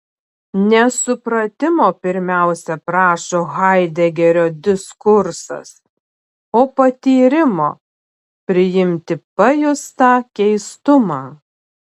ne supratimo pirmiausia prašo haidegerio diskursas o patyrimo priimti pajustą keistumą